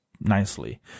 Nicely